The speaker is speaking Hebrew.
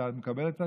אתה מקבל את הצעתי?